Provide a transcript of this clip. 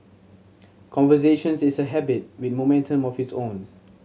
conversations is a habit with momentum of its own